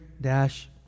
dash